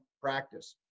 practice